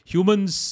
Humans